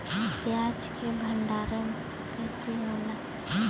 प्याज के भंडारन कइसे होला?